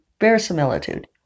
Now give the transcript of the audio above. verisimilitude